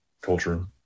culture